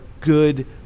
good